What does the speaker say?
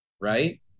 right